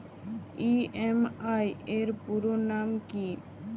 EMI এর পুরোনাম কী?